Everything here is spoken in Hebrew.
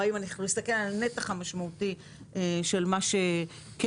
או אם אנחנו נסתכל על הנתח המשמעותי של מה שכן.